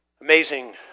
Amazing